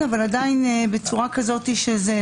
אבל זה עדיין בצורה כזאת ששומעים את זה.